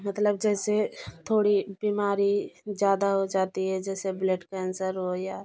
मतलब जैसे थोड़ी बीमारी ज़्यादा हो जाती है जैसे ब्लड कैंसर हो या